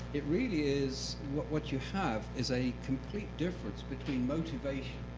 it really is, what what you have is a complete difference between motivations.